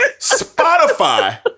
Spotify